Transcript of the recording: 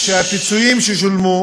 שהפיצויים ששולמו,